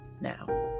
now